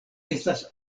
estas